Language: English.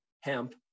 hemp